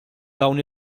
dawn